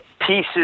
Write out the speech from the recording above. pieces